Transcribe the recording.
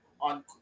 on